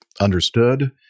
understood